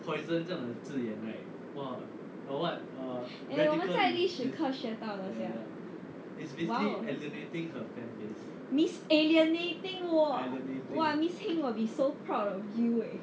我们在历史课学到的 sia !wow! miss alienating wor !wah! miss heng will be so proud of you eh